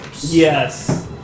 Yes